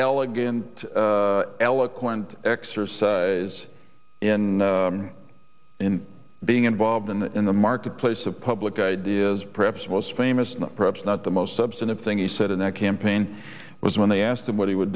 elegant eloquent exercise in in being involved in in the marketplace of public ideas perhaps most famous perhaps not the most substantive thing he said in that campaign was when they asked him what he would